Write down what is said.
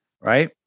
right